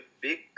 big